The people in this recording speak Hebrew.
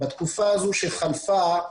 בתקופה הזו שחלפה,